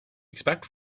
expect